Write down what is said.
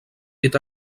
est